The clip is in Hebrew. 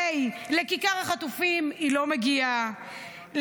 הרי לכיכר החטופים היא לא מגיעה,